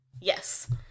Yes